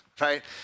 right